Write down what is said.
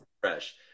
fresh